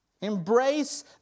Embrace